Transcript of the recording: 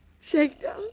Shakedown